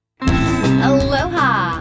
Aloha